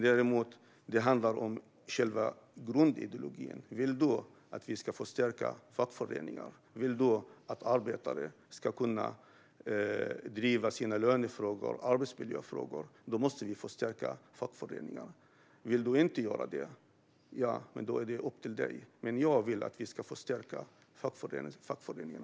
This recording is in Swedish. Det handlar om själva grundideologin. Vill du att arbetare ska kunna driva sina lönefrågor och arbetsmiljöfrågor måste vi förstärka fackförbunden. Vill du inte göra det är det upp till dig, men jag vill att vi ska förstärka fackförbunden.